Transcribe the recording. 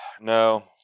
No